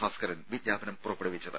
ഭാസ്കരൻ വിജ്ഞാപനം പുറപ്പെ ടുവിച്ചത്